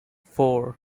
four